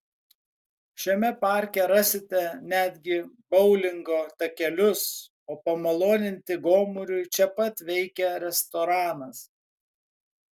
šiame parke rasite netgi boulingo takelius o pamaloninti gomuriui čia pat veikia restoranas